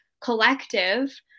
collective